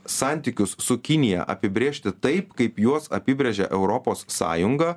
santykius su kinija apibrėžti taip kaip juos apibrėžia europos sąjunga